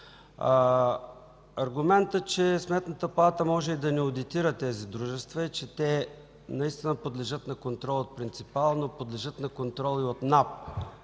Аргументът, че Сметната палата може и да не одитира тези дружества, е, че те подлежат на контрол от принципала, но подлежат на контрол и от НАП